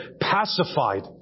pacified